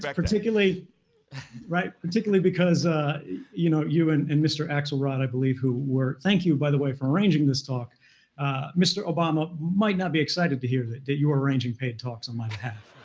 particularly right, particularly because ah you know you and and mr. axelrod, i believe, who were thank you, by the way, for arranging this talk mr. obama might not be excited to hear that that you were arranging paid talks on my behalf.